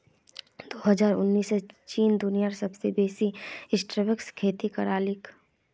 दो हजार उन्नीसत चीन दुनियात सबसे बेसी स्ट्रॉबेरीर खेती करयालकी